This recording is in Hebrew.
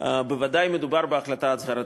בוודאי מדובר בהחלטה הצהרתית.